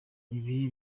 ibi